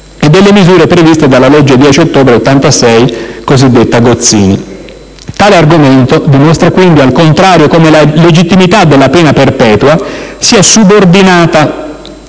e delle misure previste dalla legge 10 ottobre 1986, n. 663, cosiddetta «legge Gozzini». Tale argomento dimostra quindi al contrario come la legittimità della pena perpetua sia subordinata